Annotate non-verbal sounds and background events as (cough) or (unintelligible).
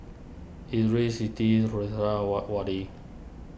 Idris Siti (unintelligible)